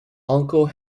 uncle